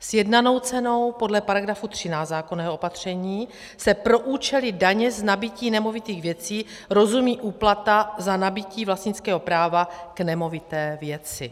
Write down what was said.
Sjednanou cenou podle § 13 zákonného opatření se pro účely daně z nabytí nemovitých věcí rozumí úplata za nabytí vlastnického práva k nemovité věci.